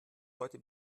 heute